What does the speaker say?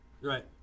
right